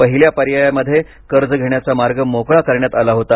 पहिल्या पर्यायामध्ये कर्ज घेण्याचा मार्ग मोकळा करण्यात आला होता